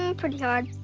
ah pretty hard.